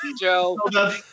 Joe